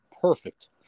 perfect